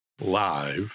live